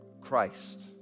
Christ